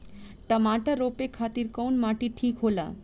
टमाटर रोपे खातीर कउन माटी ठीक होला?